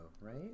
right